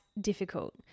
difficult